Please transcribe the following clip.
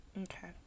okay